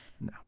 no